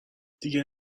دیگه